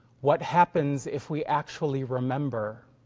what happens if we actually remember?